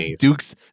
Dukes